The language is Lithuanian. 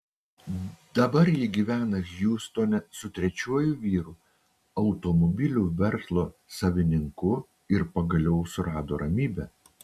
dabar ji gyvena hjustone su trečiuoju vyru automobilių verslo savininku ir pagaliau surado ramybę